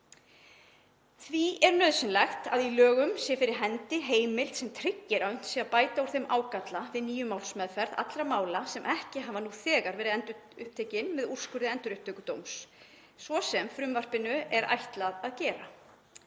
Því er nauðsynlegt að í lögum sé fyrir hendi heimild sem tryggir að unnt sé að bæta úr þeim ágalla við nýja málsmeðferð allra mála sem ekki hafa nú þegar verið endurupptekin með úrskurðum Endurupptökudóms, svo sem frumvarpinu er ætlað að gera.